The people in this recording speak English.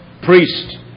priest